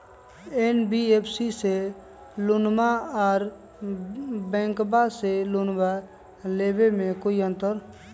NBFC से लोनमा आर बैंकबा से लोनमा ले बे में कोइ अंतर?